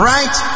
Right